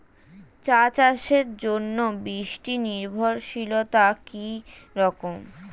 চা চাষের জন্য বৃষ্টি নির্ভরশীলতা কী রকম?